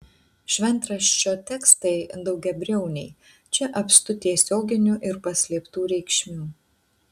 šventraščio tekstai daugiabriauniai čia apstu tiesioginių ir paslėptų reikšmių